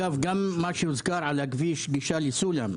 דרך אגב, גם מה שהוזכר על כביש הגישה לסולם.